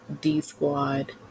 D-Squad